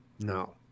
No